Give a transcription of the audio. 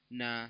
na